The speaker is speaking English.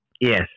Yes